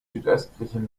südöstlichen